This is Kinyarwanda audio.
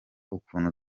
ukuntu